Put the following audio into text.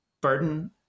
burden